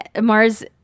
Mars